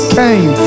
came